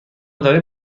داریم